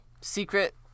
Secret